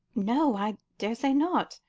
no, i daresay not,